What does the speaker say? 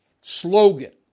slogan